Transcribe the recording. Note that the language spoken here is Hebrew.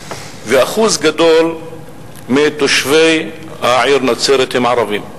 ואחוז גדול מתושבי העיר נצרת הם ערבים.